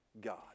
God